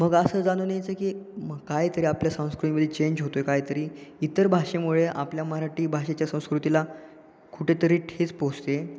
मग असं जाणून यायचं की मग काहीतरी आपल्या संस्कृतीमध्ये चेंज होतो आहे काहीतरी इतर भाषेमुळे आपल्या मराठी भाषेच्या संस्कृतीला कुठेतरी ठेच पोचते